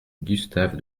gustave